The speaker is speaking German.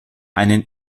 einen